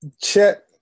Chet